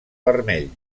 vermell